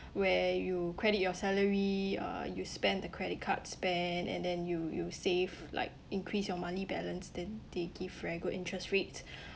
where you credit your salary uh you spend the credit card spend and then you you save like increase your money balance then they give very good interest rate